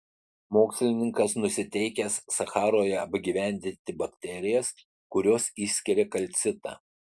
mokslininkas nusiteikęs sacharoje apgyvendinti bakterijas kurios išskiria kalcitą